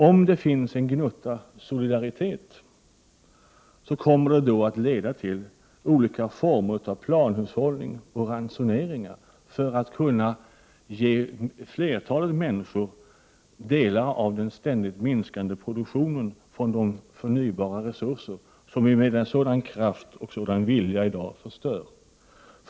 Om det finns en gnutta solidaritet, kommer det att leda till olika former av planhushållning och ransoneringar för att ge flertalet del av den ständigt minskande produktionen från de förnybara resurser som vi med en sådan kraft och med en sådan vilja i dag förstör.